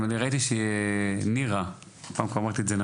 ראיתי שנירה אומרת,